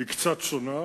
היא קצת שונה.